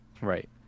Right